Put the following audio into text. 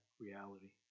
reality